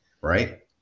right